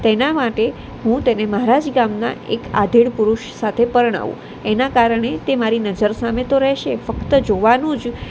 તેના માટે હું તેને મારા જ ગામના એક આધેડ પુરુષ સાથે પરણાવું એના કારણે તે મારી નજર સામે તો રહેશે ફક્ત જોવાનું જ